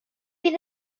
fydd